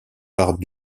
part